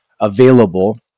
available